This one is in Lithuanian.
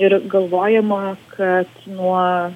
ir galvojama kad nuo